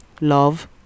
love